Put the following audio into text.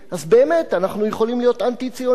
אז באמת אנחנו יכולים להיות אנטי-ציוניים,